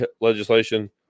legislation